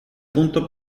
punto